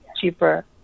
cheaper